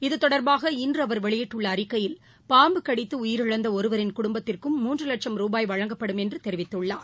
இது தொடர்பாக இன்று அவர் வெளியிட்டுள்ள அறிக்கையில் பாம்பு கடித்து உயிரிழந்த ஒருவரின் குடும்பத்திற்கும் மூன்று லட்சம் ரூபாய் வழங்கப்படும் என்று தெரிவித்துள்ளார்